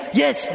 yes